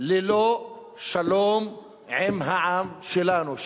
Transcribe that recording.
ללא שלום עם העם שלנו,